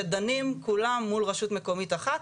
שדנים כולם מול רשות מקומית אחת.